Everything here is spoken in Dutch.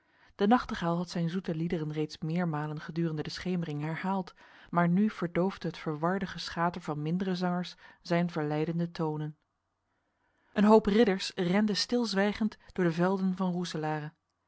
de nachtegaal had zijn zoete liederen reeds meermalen gedurende de schemering herhaald maar nu verdoofde het verwarde geschater van mindere zangers zijn verleidende tonen een hoop ridders rende stilzwijgend door de velden van roeselare